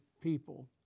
people